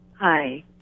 Hi